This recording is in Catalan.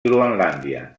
groenlàndia